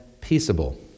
peaceable